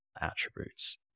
attributes